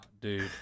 Dude